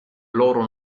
loro